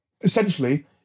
Essentially